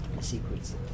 secrets